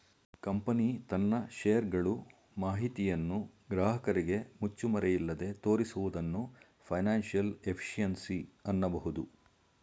company ತನ್ನ share ಗಳು ಮಾಹಿತಿಯನ್ನು ಗ್ರಾಹಕರಿಗೆ ಮುಚ್ಚುಮರೆಯಿಲ್ಲದೆ ತೋರಿಸುವುದನ್ನು ಫೈನಾನ್ಸಿಯಲ್ ಎಫಿಷಿಯನ್ಸಿ ಅನ್ನಬಹುದು